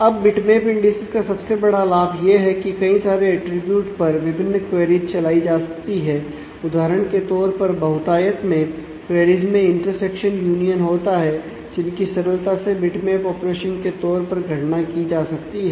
अब bitmap indices का सबसे बड़ा लाभ यह है कि कई सारे अटरीब्यूट पर विभिन्न क्वेरीज चलाई जा सकती हैं उदाहरण के तौर पर बहुतायत में क्वेरीज में इंटरसेक्शन यूनियन होता है जिनकी सरलता से बिटमैप ऑपरेशन के तौर पर गणना की जा सकती है